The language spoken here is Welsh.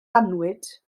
annwyd